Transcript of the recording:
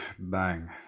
Bang